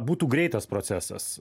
būtų greitas procesas